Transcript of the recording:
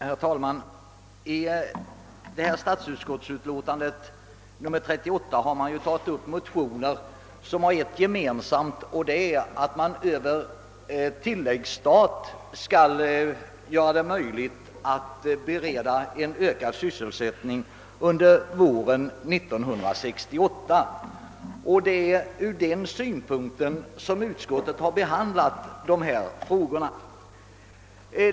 Herr talman! I statsutskottets utlåtande nr 38 behandlas motioner som har det gemensamt att däri föreslås åtgärder som skall göra det möjligt att över tilläggsstat bereda ökad sysselsättning under våren 1968. Det är ur den synpunkten som utskottet har behandlat dessa frågor.